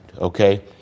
okay